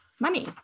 money